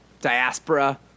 diaspora –